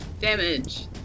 damage